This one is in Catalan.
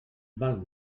val